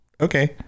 okay